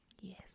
Yes